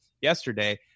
Yesterday